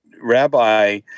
Rabbi